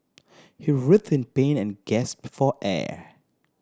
he writhed in pain and gasp for air